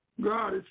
God